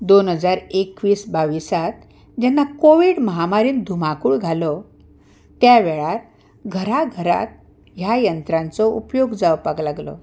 दोन हजार एकवीस बाविसांत जेन्ना कोवीड महामारीन धुमाकूळ घालो त्या वेळार घरा घरांत ह्या यंत्रांचो उपयोग जावपाक लागलो